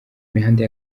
imihanda